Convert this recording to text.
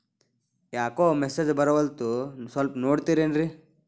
ಯಾಕೊ ಮೆಸೇಜ್ ಬರ್ವಲ್ತು ಸ್ವಲ್ಪ ನೋಡ್ತಿರೇನ್ರಿ?